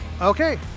Okay